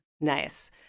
Nice